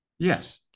Yes